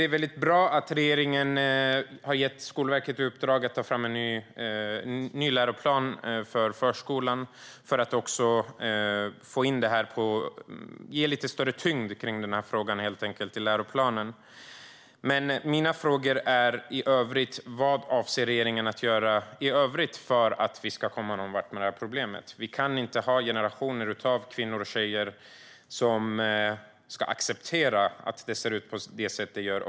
Det är bra att regeringen har gett Skolverket i uppdrag att ta fram en ny läroplan för förskolan, för att ge frågan större tyngd. Vad avser regeringen att göra i övrigt för att vi ska komma någon vart med problemet? Generationer av kvinnor och tjejer ska inte behöva acceptera att det ser ut på det här sättet.